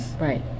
Right